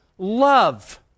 love